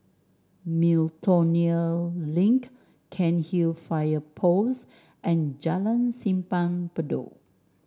Miltonia Link Cairnhill Fire Post and Jalan Simpang Bedok